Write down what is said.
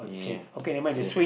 yeah same